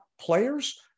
players